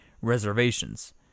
reservations